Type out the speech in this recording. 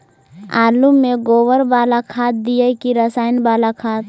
आलु में गोबर बाला खाद दियै कि रसायन बाला खाद?